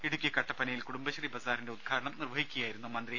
ഇടുക്കി കട്ടപ്പനയിൽ കുടുംബശ്രീ ബസാറിന്റെ ഉദ്ഘാടനം നിർവഹിക്കുകയായിരുന്നു മന്ത്രി